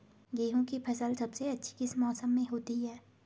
गेहूँ की फसल सबसे अच्छी किस मौसम में होती है